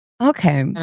Okay